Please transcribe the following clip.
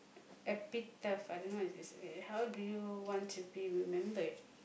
epitaph I dunno what is this okay how do you want to be remembered